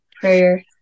prayer